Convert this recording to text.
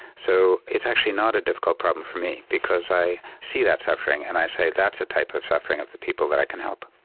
so it's actually not a difficult problem for me because i see that suffering and i say that's a type of suffering of the people that i can help.